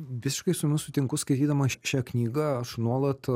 visiškai su jumis sutinku skaitydamas š šią knygą aš nuolat